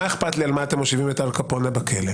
מה אכפת לי על מה אתם מושיבים את אלקפונה בכלא?